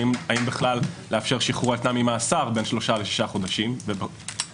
האם בכלל לאפשר שחרור על תנאי ממאסר בין שלושה לשישה חודשים מתוך